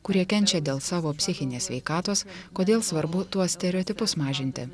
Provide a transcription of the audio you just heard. kurie kenčia dėl savo psichinės sveikatos kodėl svarbu tuos stereotipus mažinti